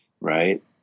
right